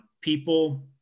people